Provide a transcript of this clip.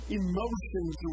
emotions